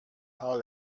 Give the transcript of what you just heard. hole